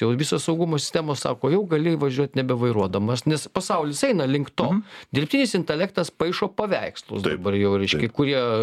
jau visos saugumo sistemos sako jau gali važiuot nebevairuodamas nes pasaulis eina link to dirbtinis intelektas paišo paveikslus dabar jau ryškia kurie